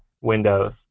Windows